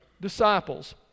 disciples